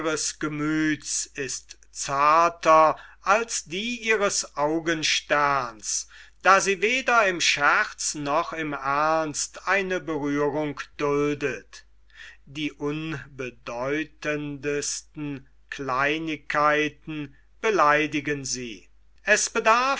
gemüths ist zarter als die ihres augensterns da sie weder im scherz noch im ernst eine berührung duldet die unbedeutendesten kleinigkeiten beleidigen sie es bedarf